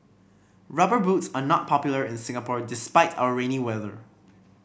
Rubber Boots are not popular in Singapore despite our rainy weather